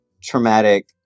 traumatic